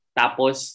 tapos